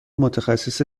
متخصص